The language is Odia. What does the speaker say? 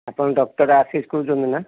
ଆପଣ ଡକ୍ଟର୍ ଆଶିଷ କହୁଛନ୍ତି ନା